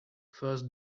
first